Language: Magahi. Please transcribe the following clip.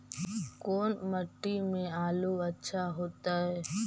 कोन मट्टी में आलु अच्छा होतै?